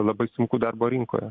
labai sunku darbo rinkoje